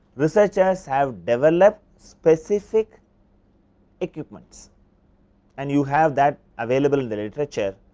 researchers have develop specific equipments and you have that available in the literature,